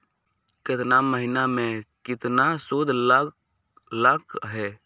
केतना महीना में कितना शुध लग लक ह?